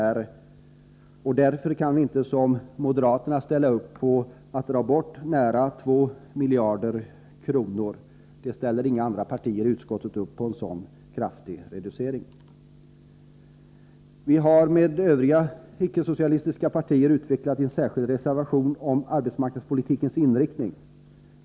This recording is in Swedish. Vi kan därför inte, som moderaterna, ställa upp på att dra bort nära 2 miljarder. Inga andra partier i utskottet ställer upp på en sådan kraftig reducering. Vi har tillsammans med de övriga icke-socialistiska partierna skrivit en särskild reservation om arbetsmarknadspolitikens inriktning.